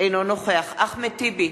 אינו נוכח אחמד טיבי,